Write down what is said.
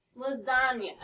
lasagna